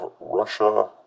Russia